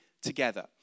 together